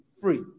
free